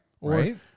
Right